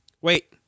Wait